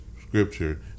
scripture